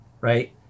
Right